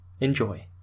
Enjoy